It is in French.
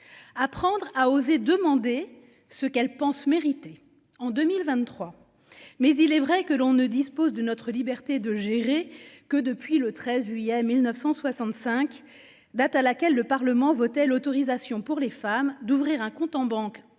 Apprendre à osé demander ce qu'elle pense mériter en 2023 mais il est vrai que l'on ne dispose de notre liberté de gérer que depuis le 13 juillet 1965, date à laquelle le Parlement votait l'autorisation pour les femmes d'ouvrir un compte en banque